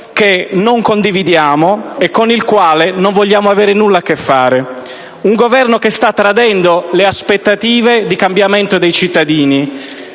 che non condividiamo e con il quale non vogliamo avere nulla a che fare. Un Governo che sta tradendo le aspettative di cambiamento dei cittadini,